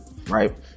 Right